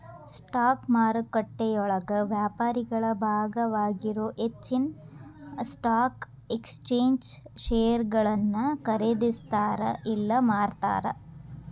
stock ಮಾರುಕಟ್ಟೆಯೊಳಗ ವ್ಯಾಪಾರಿಗಳ ಭಾಗವಾಗಿರೊ ಹೆಚ್ಚಿನ್ ಸ್ಟಾಕ್ ಎಕ್ಸ್ಚೇಂಜ್ ಷೇರುಗಳನ್ನ ಖರೇದಿಸ್ತಾರ ಇಲ್ಲಾ ಮಾರ್ತಾರ